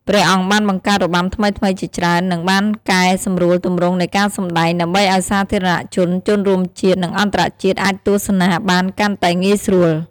ព្រះអង្គបានបង្កើតរបាំថ្មីៗជាច្រើន និងបានកែសម្រួលទម្រង់នៃការសម្តែង ដើម្បីឲ្យសាធារណជន ជនរួមជាតិ និងអន្តរជាតិអាចទស្សនាបានកាន់តែងាយស្រួល។